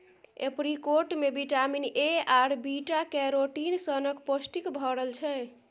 apricot मे vitamin A आर beta carotene सनक पौष्टिक भरल छै